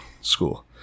School